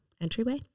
entryway